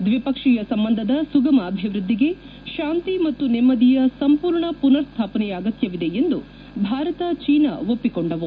ದ್ವಿಪಕ್ಷೀಯ ಸಂಬಂಧದ ಸುಗಮ ಅಭಿವೃದ್ಧಿಗೆ ಶಾಂತಿ ಮತ್ತು ನೆಮ್ಮದಿಯ ಸಂಪೂರ್ಣ ಪುನರ್ ಸ್ಥಾಪನೆಯ ಅಗತ್ಯವಿದೆ ಎಂದು ಭಾರತ ಚೀನಾ ಒಪ್ಪಿಕೊಂಡವು